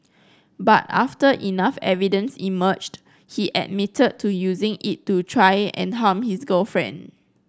but after enough evidence emerged he admitted to using it to try and harm his girlfriend